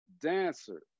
dancer